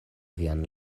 vian